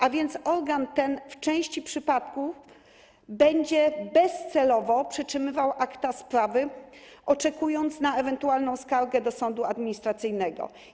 A więc organ ten w części przypadków będzie bezcelowo przytrzymywał akta sprawy, oczekując na ewentualną skargę do sądu administracyjnego.